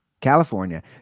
California